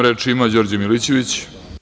Reč ima Đorđe Milićević.